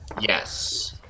Yes